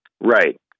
Right